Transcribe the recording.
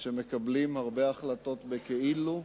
שמקבלים הרבה החלטות בכאילו.